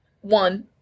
one